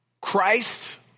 Christ